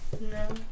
no